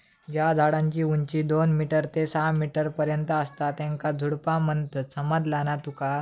ज्या झाडांची उंची दोन मीटर ते सहा मीटर पर्यंत असता त्येंका झुडपा म्हणतत, समझला ना तुका?